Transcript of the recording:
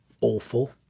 awful